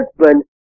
husband